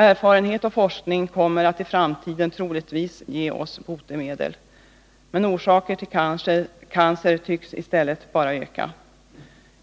Erfarenhet och forskning kommer troligtvis att i framtiden ge oss botemedel, men orsakerna till cancer tycks i stället bara öka.